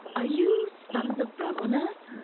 are you sons of brahmanas?